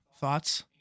thoughts